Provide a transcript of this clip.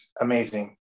amazing